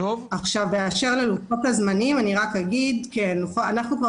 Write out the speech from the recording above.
באשר ללוחות הזמנים אני רק אגיד שאנחנו כבר